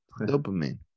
dopamine